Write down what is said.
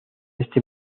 este